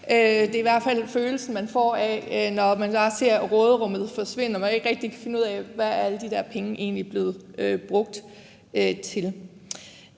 Det er i hvert fald følelsen, man får, når man bare ser råderummet forsvinde og man ikke rigtig kan finde ud af, hvad alle de der penge egentlig er blevet brugt til.